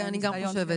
אני גם חושבת.